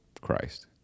Christ